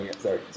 Sorry